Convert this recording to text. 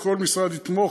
וכל משרד יתמוך,